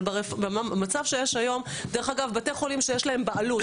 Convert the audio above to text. אבל במצב היום בתי החולים שיש להם בעלות,